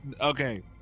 Okay